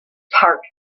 part